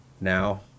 now